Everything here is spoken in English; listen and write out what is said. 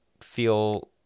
feel